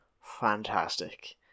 fantastic